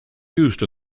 used